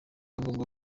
ngombwa